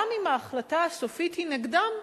גם אם ההחלטה הסופית היא נגדם,